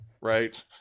right